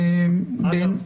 אגב,